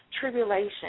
tribulation